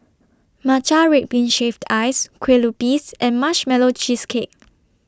Matcha Red Bean Shaved Ice Kue Lupis and Marshmallow Cheesecake